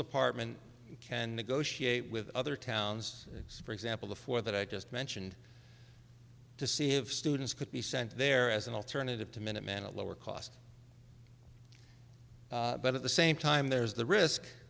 department can negotiate with other towns for example the four that i just mentioned to see if students could be sent there as an alternative to minutemen at lower cost but at the same time there's the risk